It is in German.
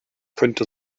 könnte